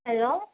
hello